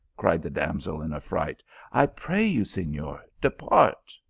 cried the damsel in affright. i pray you, senor, depart.